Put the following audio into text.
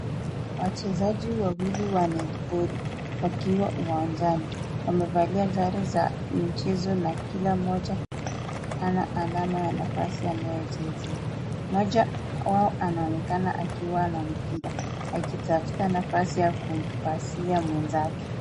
Wachezaji wawili wa netiboli wakiwa uwanjani. Wamevalia sare za michezo na kila mmoja ana alama ya nafasi anayochezea. Mmoja wao anaonekana akiwa na mpira akitafuta nafasi ya kumpasia mwenzake.